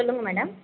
சொல்லுங்க மேடம்